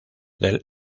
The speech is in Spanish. del